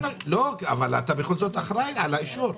אתה בכל זאת אחראי לאישור.